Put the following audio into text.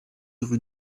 rue